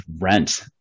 rent